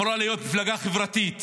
שאמורה להיות מפלגה חברתית,